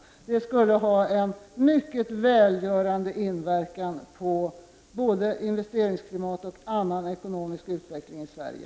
Det skulle ha en mycket välgörande inverkan på både investeringsklimat och annan ekonomisk utveckling i Sverige.